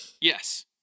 Yes